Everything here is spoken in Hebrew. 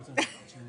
שזה בעצם המצב כרגע.